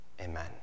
Amen